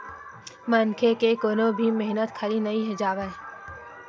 मनखे के कोनो भी मेहनत खाली नइ जावय